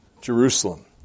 Jerusalem